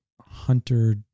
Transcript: Hunter